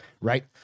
right